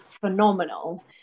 phenomenal